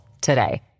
today